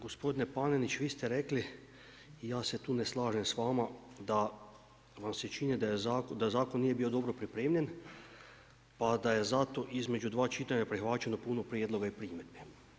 Gospodine Panenić vi ste rekli i ja se tu ne slažem s vama da vam se čini da zakon nije bio dobro pripremljen pa da je zato između dva čitanja prihvaćeno puno prijedloga i primjedbi.